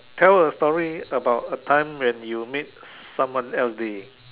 tell a story about a time when you make someone else day